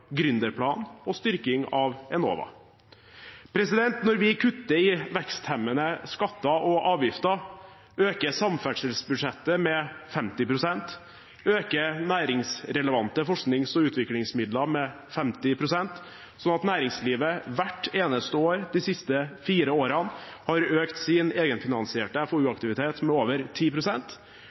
gründerplanen og styrking av Enova. Når vi kutter i veksthemmende skatter og avgifter, øker samferdselsbudsjettet med 50 pst., øker næringsrelevante forsknings- og utviklingsmidler med 50 pst., slik at næringslivet hvert eneste år de siste fire årene har økt sin egenfinansierte FoU-aktivitet med over